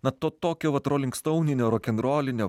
na to tokio vat rolingstauninio rokenrolinio